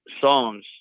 songs